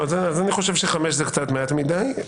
אני חושב שחמש שנים זה קצת מעט מדי.